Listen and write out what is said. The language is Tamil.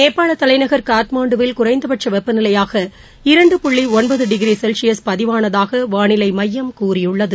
நேபாளதலைநகர் காட்மண்டூவில் குறைந்தபட்சவெப்பநிலையாக இரண்டு புள்ளிஒன்பதுடிகிரிசெல்சியஸ் பதிவானதாகவும் வானிலைமையம் கூறியுள்ளது